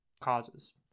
causes